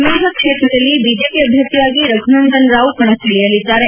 ಮೇಧಕ್ ಕ್ಷೇತ್ರದಲ್ಲಿ ಬಿಜೆಪಿ ಅಭ್ಯರ್ಥಿಯಾಗಿ ರಘುನಂದನ್ ರಾವ್ ಕಣಕ್ಕಿಳಿಯಲಿದ್ದಾರೆ